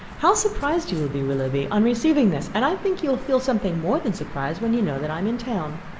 how surprised you will be, willoughby, on receiving this and i think you will feel something more than surprise, when you know that i am in town.